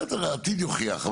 העתיד יוכיח.